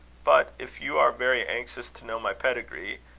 but if you are very anxious to know my pedigree,